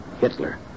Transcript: Hitler